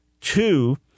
Two